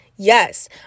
Yes